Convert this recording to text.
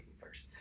first